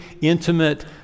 intimate